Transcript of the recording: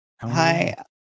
Hi